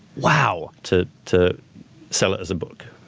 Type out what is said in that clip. wow. to to sell it as a book.